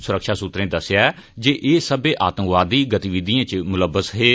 सुरक्षा सूत्रें दस्सेआ जे एह् सब्बै आतंकवादी गतिविधियें च मुलबस हे